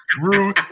Ruth